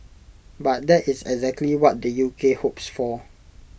but that is exactly what the U K hopes for